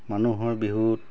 মানুহৰ বিহুত